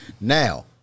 now